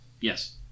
Yes